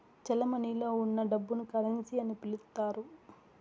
చెలమణిలో ఉన్న డబ్బును కరెన్సీ అని పిలుత్తారు